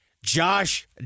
Josh